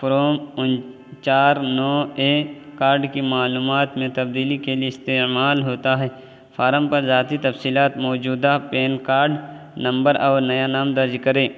from ان چار نو اے کارڈ کی معلومات میں تبدیلی کے لیے استعمال ہوتا ہے فارم پر ذاتی تفصیلات موجودہ پین کارڈ نمبر اور نیا نام درج کریں